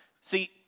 See